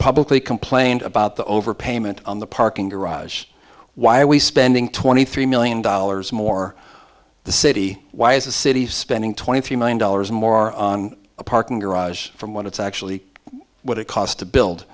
publicly complained about the overpayment on the parking garage why are we spending twenty three million dollars more the city why is the city spending twenty three million dollars more on a parking garage from what it's actually what it costs to build